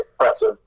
impressive